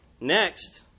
Next